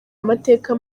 amateka